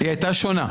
היא הייתה שונה.